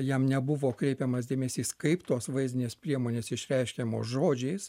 jam nebuvo kreipiamas dėmesys kaip tos vaizdinės priemonės išreiškiamos žodžiais